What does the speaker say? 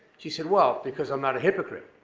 she said, well, because i'm not a hypocrite.